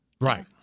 Right